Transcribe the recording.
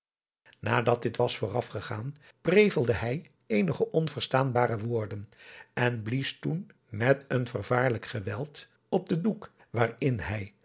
nadat dit was voorafgegaan prevelde hij eenige onverstaanbare woorden en blies toen met een vervaarlijk geweld op den doek waarin hij